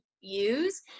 use